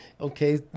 okay